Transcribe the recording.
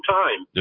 time